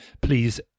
please